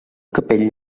capell